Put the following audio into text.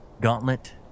gauntlet